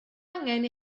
angen